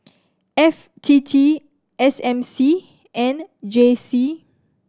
F T T S M C and J C